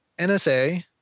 NSA